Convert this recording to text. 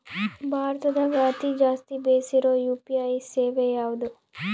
ಭಾರತದಗ ಅತಿ ಜಾಸ್ತಿ ಬೆಸಿರೊ ಯು.ಪಿ.ಐ ಸೇವೆ ಯಾವ್ದು?